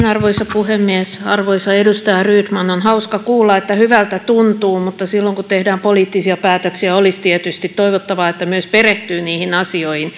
arvoisa puhemies arvoisa edustaja rydman on hauska kuulla että hyvältä tuntuu mutta silloin kun tehdään poliittisia päätöksiä olisi tietysti toivottavaa että myös perehtyy niihin asioihin